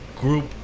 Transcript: group